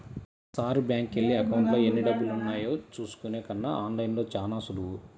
ప్రతీసారీ బ్యేంకుకెళ్ళి అకౌంట్లో ఎన్నిడబ్బులున్నాయో చూసుకునే కన్నా ఆన్ లైన్లో చానా సులువు